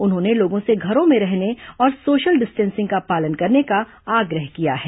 उन्होंने लोगों से घरों में रहने और सोशल डिस्टेंसिंग का पालन करने का आग्रह किया है